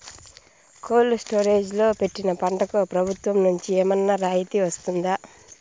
Cold storage లో పెట్టిన పంటకు ప్రభుత్వం నుంచి ఏమన్నా రాయితీ వస్తుందా?